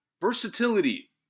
versatility